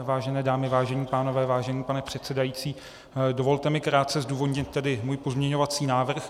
Vážené dámy, vážení pánové, vážený pane předsedající, dovolte mi krátce zdůvodnit svůj pozměňovací návrh.